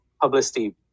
publicity